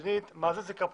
שנית, מה זאת זיקה פוליטית?